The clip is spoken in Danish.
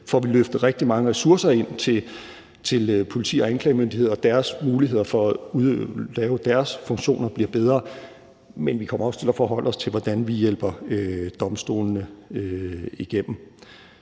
får vi løftet rigtig mange ressourcer ind til politi og anklagemyndighed og deres muligheder for, at deres funktioner bliver bedre, men vi kommer også til at forholde os til, hvordan vi hjælper domstolene igennem.